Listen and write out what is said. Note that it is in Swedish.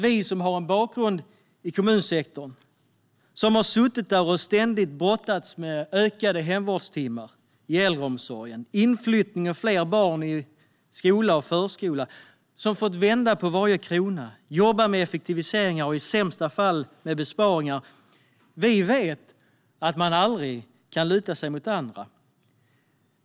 Vi som har en bakgrund i kommunsektorn, som har suttit där och ständigt brottats med ökade hemvårdstimmar i äldreomsorgen och inflyttning och fler barn i skola och förskola, som fått vända på varje krona och jobba med effektiviseringar och i sämsta fall besparingar, vi vet att man aldrig kan luta sig mot andra.